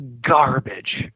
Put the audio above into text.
garbage